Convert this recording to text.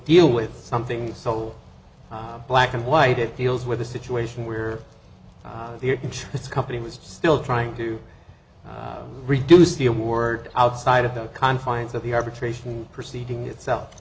deal with something so black and white it deals with a situation where there insurance company was still trying to reduce the award outside of the confines of the arbitration proceeding itself